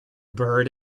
bird